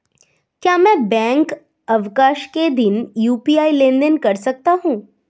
क्या मैं बैंक अवकाश के दिन यू.पी.आई लेनदेन कर सकता हूँ?